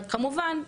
כמובן,